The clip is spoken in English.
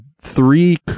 three